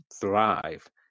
thrive